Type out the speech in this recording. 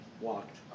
walked